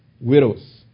widows